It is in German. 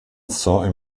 saint